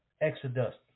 Exodus